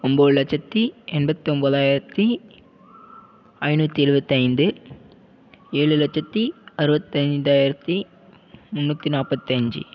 ஒன்போது லட்சத்தி எண்பத்தொம்போதாயிரத்தி ஐநூற்றி எழுபத்தி ஐந்து ஏழு லட்சத்தி அறுவத்தி ஐந்தாயிரத்தி முண்ணூற்றி நாற்பத்தி அஞ்சு